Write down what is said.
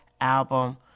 album